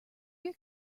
your